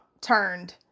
turned